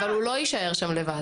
אבל הוא לא יישאר שם לבד.